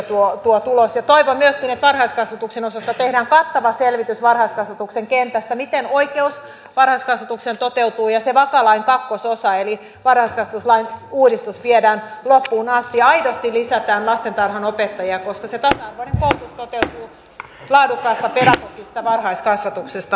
toivon myöskin että varhaiskasvatuksen osasta tehdään kattava selvitys varhaiskasvatuksen kentästä miten oikeus varhaiskasvatukseen toteutuu ja se vaka lain kakkososa eli varhaiskasvatuslain uudistus viedään loppuun asti ja aidosti lisätään lastentarhanopettajia koska se tasa arvoinen koulutus toteutuu laadukkaasta pedagogisesta varhaiskasvatuksesta